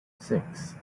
six